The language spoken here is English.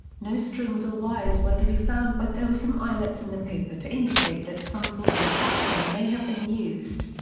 no strings or wires were to be found but there were some eyelets in the paper to indicate that some sort of attachment may have been used.